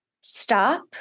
stop